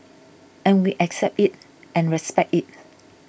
and we accept it and respect it